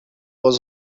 was